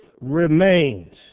remains